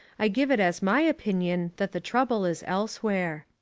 i give it as my opinion that the trouble is elsewhere.